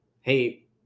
hey